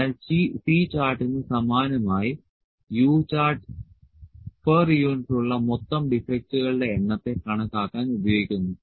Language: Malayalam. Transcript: അതിനാൽ C ചാർട്ടിന് സമാനമായി U ചാർട്ട് പെർ യൂണിറ്റിലുള്ള മൊത്തം ഡിഫെക്ടുകളുടെ എണ്ണത്തെ കണക്കാക്കാൻ ഉപയോഗിക്കുന്നു